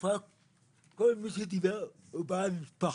כל מי שדיבר פה הוא בעל משפחה.